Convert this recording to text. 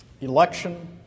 Election